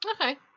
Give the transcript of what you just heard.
Okay